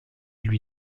lui